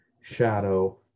shadow